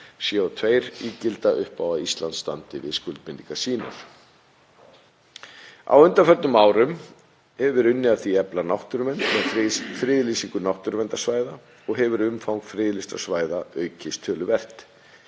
tonna CO2-ígilda upp á að Ísland standi við skuldbindingar sínar. Á undanförnum árum hefur verið unnið að því að efla náttúruvernd með friðlýsingum náttúruverndarsvæða og hefur umfang friðlýstra svæða aukist töluvert.